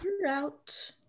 throughout